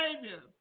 Savior